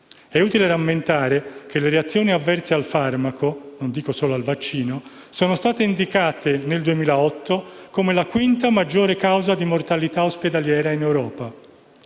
È utile rammentare che le reazioni avverse ai farmaci (non solo ai vaccini) sono state indicate nel 2008 come la quinta maggiore causa di mortalità ospedaliera in Europa.